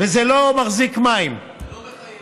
וזה לא מחזיק מים, זה לא מחייב.